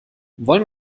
wollen